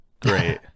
Great